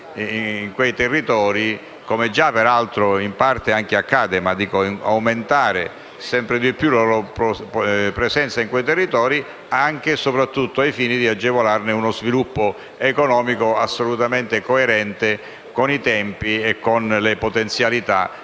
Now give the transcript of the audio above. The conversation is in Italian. in quei territori, come già peraltro in parte accade. È necessario tuttavia aumentare sempre più la loro presenza in quei territori, anche e soprattutto al fine di agevolarne uno sviluppo economico assolutamente coerente con i tempi e con le potenzialità dei